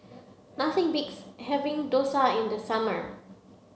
nothing beats having dosa in the summer